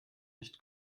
nicht